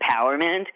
empowerment